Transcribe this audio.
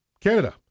Canada